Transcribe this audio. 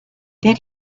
then